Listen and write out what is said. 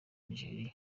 nigeria